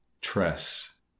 tress